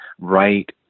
right